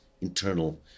internal